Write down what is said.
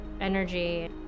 energy